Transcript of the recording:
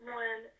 one